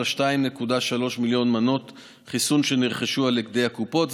ל-2.3 מיליון מנות החיסון שנרכשו על ידי הקופות,